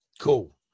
Cool